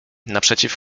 naprzeciw